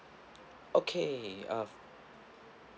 okay uh